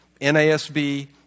NASB